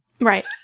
Right